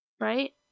Right